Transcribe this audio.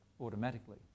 automatically